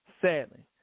sadly